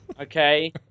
okay